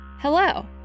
Hello